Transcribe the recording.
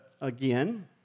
again